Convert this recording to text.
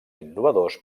innovadors